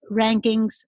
rankings